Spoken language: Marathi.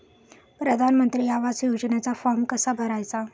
प्रधानमंत्री आवास योजनेचा फॉर्म कसा भरायचा?